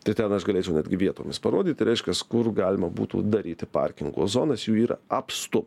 tai ten aš galėčiau netgi vietomis parodyti reiškias kur galima būtų daryti parkingo zonas jų yra apstu